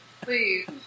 Please